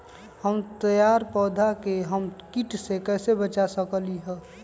हमर तैयार पौधा के हम किट से कैसे बचा सकलि ह?